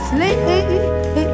Sleep